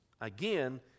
Again